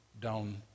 down